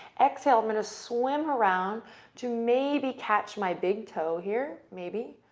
exhale. i'm going to swim around to maybe catch my big toe here, maybe,